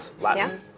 Latin